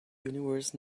universe